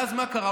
ואז מה קרה?